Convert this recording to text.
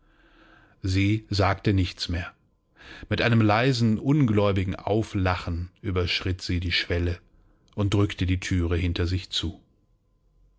sie sagte nichts mehr mit einem leisen ungläubigen auflachen überschritt sie die schwelle und drückte die thüre hinter sich zu